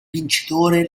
vincitore